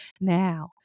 Now